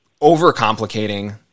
overcomplicating